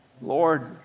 Lord